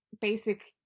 basic